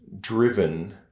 driven